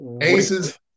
Aces